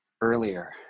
Earlier